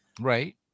Right